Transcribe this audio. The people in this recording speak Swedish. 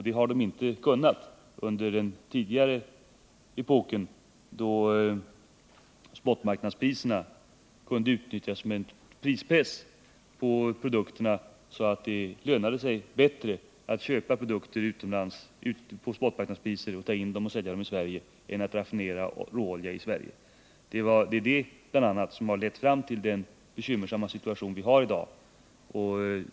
Det har de inte kunnat göra under den tidigare epoken, då spotmarknadspriserna kunde utnyttjas som en prispress på produkterna, så att det lönade sig bättre att köpa produkter utomlands till spotmarknadspriser och ta in dem och sälja dem i Sverige än att raffinera råolja inom landet. Det är bl.a. det som har lett fram till den bekymmersamma situation som vi har i dag.